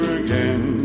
again